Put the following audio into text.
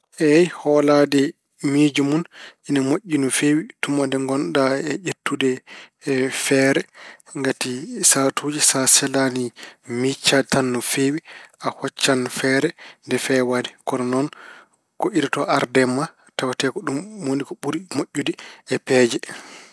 Eey, hoolaade miijo mun ene moƴƴi no feewi tuma nde ngonɗa e ƴettude feere. Ngati sahaatuji, sa selaani miijtaade tan no feewi, a hoccan feere nde feewaani. Kono ko ido to arde e ma tawa ko ɗum ɓuri moƴƴude e peeje.